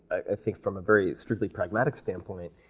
i think from a very strictly pragmatic standpoint,